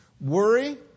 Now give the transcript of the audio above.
Worry